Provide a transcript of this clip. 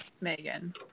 Megan